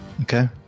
Okay